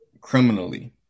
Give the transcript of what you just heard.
criminally